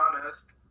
honest